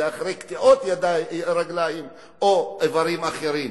אחרי קטיעות רגליים או איברים אחרים,